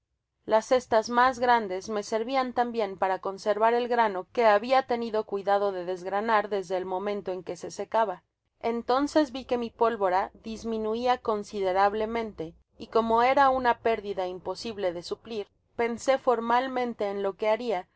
las cestas mas grandes me servian tambien para conservar el grano que habia tenido cuidado de desgranar desde el momento en que se secaba entonces vi que mi pólvora disminuia considerablemente y como era una pérdida imposible de suplir pensé formalmente en lo que baria